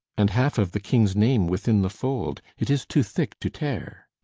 and half of the king's name within the fold. it is too thick to tear.